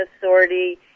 authority